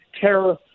terror